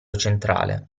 centrale